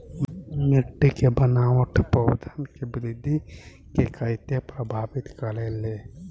मिट्टी के बनावट पौधन के वृद्धि के कइसे प्रभावित करे ले?